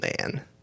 man